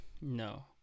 No